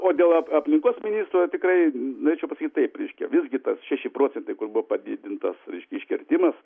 o dėl ap aplinkos ministro tikrai norėčiau pasakyti taip reiškia visgi tas šeši procentai kur buvo padidintas iškirtimas